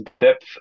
depth